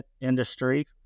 industry